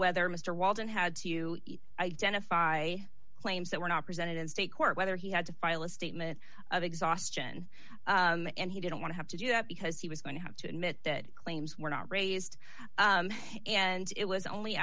whether mr walton had to you identify claims that were not presented in state court whether he had to file a statement of exhaustion and he didn't want to have to do that because he was going to have to admit that claims were not raised and it was only